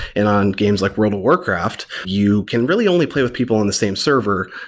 and on games like world of warcraft, you can really only play with people on the same server,